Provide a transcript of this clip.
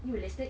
irrealistic